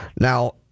Now